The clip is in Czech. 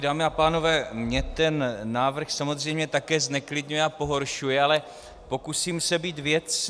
Dámy a pánové, mě ten návrh samozřejmě také zneklidňuje a pohoršuje, ale pokusím se být věcný.